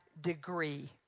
degree